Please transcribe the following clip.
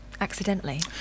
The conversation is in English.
Accidentally